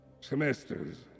semesters